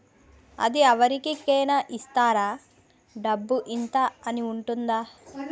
అది అవరి కేనా ఇస్తారా? డబ్బు ఇంత అని ఉంటుందా?